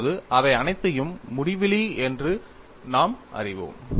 இப்போது அவை அனைத்தையும் முடிவிலி என்று நாம் அறிவோம்